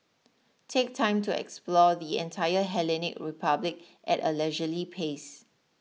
take time to explore the entire Hellenic Republic at a leisurely pace